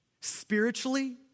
spiritually